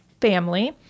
family